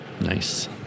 Nice